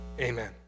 Amen